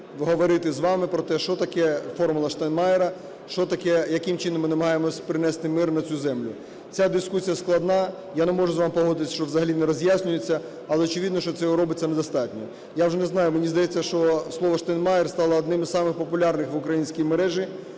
говорити з вами, що таке "формула Штайнмайєра", що таке… яким чином ми намагаємося принести мир на цю землю. Ця дискусія складна. Я не можу з вами погодитись, що взагалі не роз'яснюється, але очевидно, що цього робиться недостатньо. Я вже не знаю, мені здається, що слово "Штайнмайєр" стало одним із самих популярних в українській мережі.